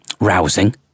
rousing